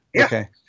Okay